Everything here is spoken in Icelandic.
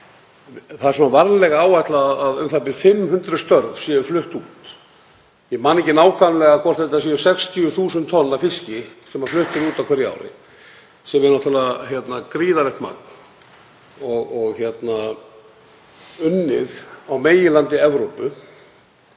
Það er varlega áætlað að u.þ.b. 500 störf séu flutt út. Ég man ekki nákvæmlega hvort þetta eru 60.000 tonn af fiski sem flutt eru út á hverju ári, sem er náttúrlega gríðarlegt magn, og unnið á meginlandi Evrópu